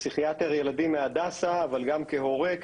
כפסיכיאטר ילדים מהדסה אבל גם כהורה,